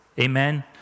Amen